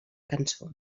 cançó